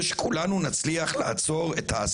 והתעשיות הביטחוניות שלנו הן מצוינות ויש להן ביקוש רב,